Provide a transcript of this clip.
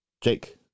jake